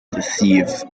deceive